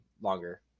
longer